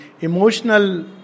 emotional